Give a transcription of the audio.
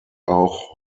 auch